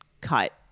cut